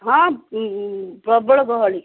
ହଁ ପ୍ରବଳ ଗହଳି